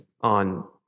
on